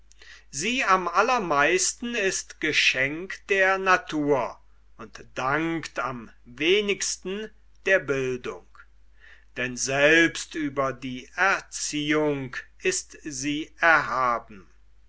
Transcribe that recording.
sie am allermeisten ist geschenk der natur und dankt am wenigsten der bildung denn selbst über die erziehung ist sie erhaben